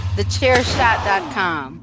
Thechairshot.com